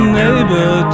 neighbor